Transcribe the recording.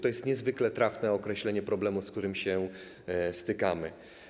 To niezwykle trafne określenie problemu, z którym się stykamy.